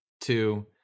two